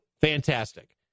Fantastic